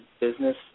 business